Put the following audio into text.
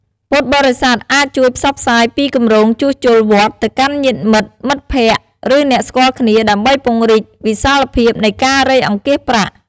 ពុទ្ធបរិស័ទអាចជួយផ្សព្វផ្សាយពីគម្រោងជួសជុលវត្តទៅកាន់ញាតិមិត្ត មិត្តភក្តិ ឬអ្នកស្គាល់គ្នា ដើម្បីពង្រីកវិសាលភាពនៃការរៃអង្គាសប្រាក់។